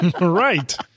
Right